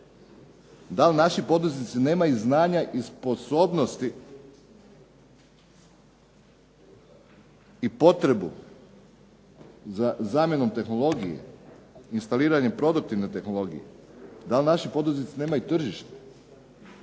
Dal naši poduzetnici nemaju znanja i sposobnosti i potrebu za zamjenom tehnologije, instaliranjem produktivne tehnologije? Dal naši poduzetnici nemaju tržište?